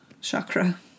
chakra